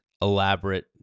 elaborate